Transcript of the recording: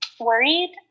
worried